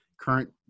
current